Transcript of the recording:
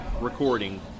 recording